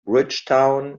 bridgetown